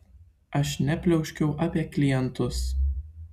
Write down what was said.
aš nepliauškiau apie klientus